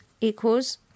equals